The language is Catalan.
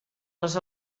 les